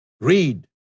Read